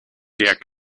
der